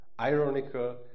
ironical